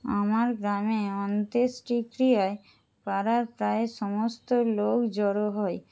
আমার গ্রামে অন্ত্যেষ্টিক্রিয়ায় পাড়ার প্রায় সমস্ত লোক জড়ো হয়